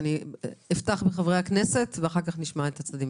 אני אפתח עם חברי הכנסת ואחר כך נשמע את הצדדים.